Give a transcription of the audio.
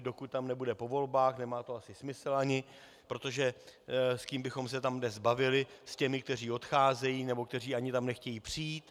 Dokud tam nebude po volbách, nemá to asi smysl ani, protože s kým bychom se tam vůbec bavili s těmi, kteří odcházejí, nebo kteří tam ani nechtějí přijít?